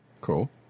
Cool